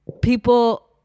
people